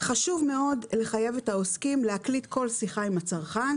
חשוב מאוד לחייב את העוסקים להקליט כל שיחה עם הצרכן,